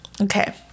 Okay